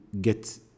get